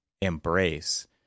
embrace